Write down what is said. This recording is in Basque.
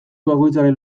bakoitzaren